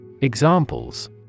Examples